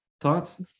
Thoughts